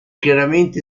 chiaramente